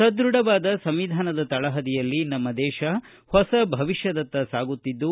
ಸದೃಢವಾದ ಸಂವಿಧಾನದ ತಳಹದಿಯಲ್ಲಿ ನಮ್ಮ ದೇಶ ಹೊಸ ಭವಿಷ್ಯದತ್ತ ಸಾಗುತ್ತಿದ್ದು